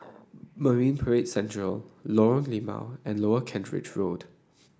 Marine Parade Central Lorong Limau and Lower Kent Ridge Road